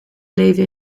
leven